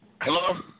Hello